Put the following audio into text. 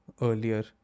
earlier